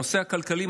הנושא הכלכלי,